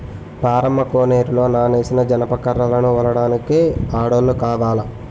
పారమ్మ కోనేరులో నానేసిన జనప కర్రలను ఒలడానికి ఆడోల్లు కావాల